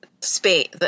space